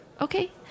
Okay